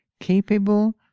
Capable